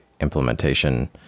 implementation